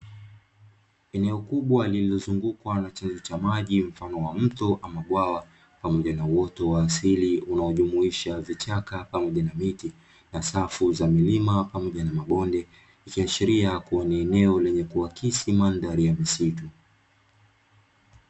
Eneo kubwa lililozungukwa na chanzo cha maji mfano wa mto hama bwawa, pamoja na uoto wa asili unaojumuisha vichaka pamoja na miti. Na safu za milima pamoja na mabonde, ikiashiria kuwa ni eneo lenye kuakisi mandhari ya misitu.